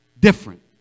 different